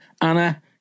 Anna